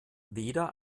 weder